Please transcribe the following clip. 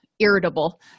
irritable